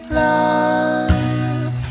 love